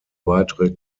weitere